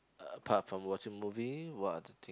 apart from watching movie what other thing